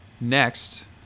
next